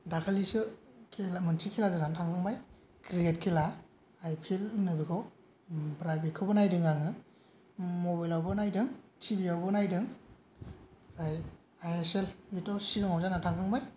दाखालिसो खेला मोनसे खेला जानानै थांबाय क्रिकेट खेला आइपिएल होनो बेखौ ओमफ्राय बेखौबो नायदों आङो मबाइलआवबो नायदों टिभिआवबो नायदों आइएसएलआथ' सिगाङाव जानानै थांखांबाय